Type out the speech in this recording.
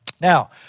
Now